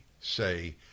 say